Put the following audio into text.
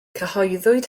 cyhoeddwyd